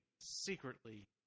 secretly